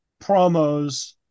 promos